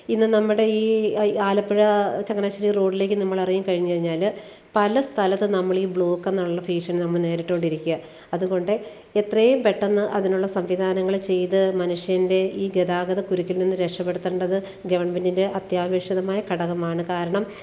ഇത് നമ്മുടെയീ ആലപ്പുഴ ചങ്ങനാശ്ശേരി റോഡിലേക്ക് നമ്മൾ ഇറങ്ങി കഴിഞ്ഞ് കഴിഞ്ഞാൽ പല സ്ഥലത്തും നമ്മളീ ബ്ലോക്കെന്നുള്ള ഭീഷണി നമ്മൾ നേരിട്ട് കൊണ്ടിരിക്കാൻ അത്കൊണ്ട് എത്രയും പെട്ടന്ന് അതിനുള്ള സംവിധാനങ്ങൾ ചെയ്ത് മനുഷ്യൻ്റെ ഈ ഗതാഗത കുരുക്കിൽ നിന്ന് രക്ഷപ്പെടുത്തേണ്ടത് ഗവൺമെൻറ്റിൻ്റെ അത്യാവശ്യമായ ഘടകമാണ് കാരണം